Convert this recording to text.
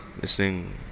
Listening